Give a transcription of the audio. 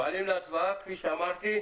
מעלים להצבעה,